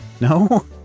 No